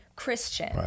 Christian